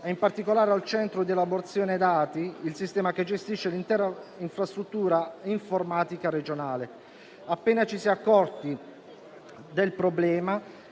in particolare al centro di elaborazione dati, il sistema che gestisce l'intera infrastruttura informatica regionale. Appena ci si è accorti del problema,